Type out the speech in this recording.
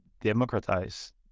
democratize